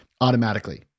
automatically